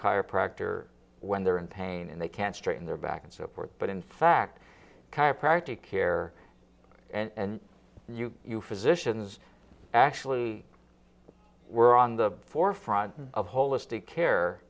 chiropractor when they're in pain and they can straighten their back and so forth but in fact chiropractic care and physicians actually were on the forefront of holistic care